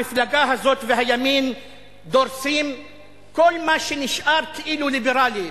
המפלגה הזאת והימין דורסים כל מה שנשאר כאילו ליברלי.